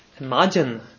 Imagine